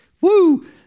Woo